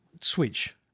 Switch